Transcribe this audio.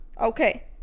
okay